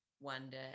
wonder